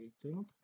creating